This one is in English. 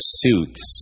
suits